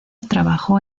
trabajó